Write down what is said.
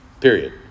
Period